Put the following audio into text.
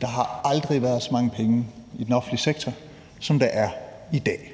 Der har aldrig været så mange penge i den offentlige sektor, som der er i dag.